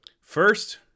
First